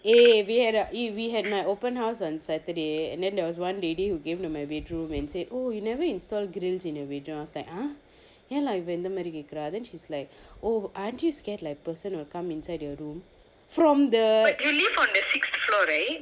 eh we had a we had my open house on saturday and then there was one lady who came to my bedroom and say oh you never installed grills in your bedroom that I was like !huh! ya lah இவ இந்த மாதிரி கேக்குறா:iva intha madiri kekkura then she's like aren't you scared person will come inside your room from the